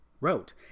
wrote